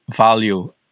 value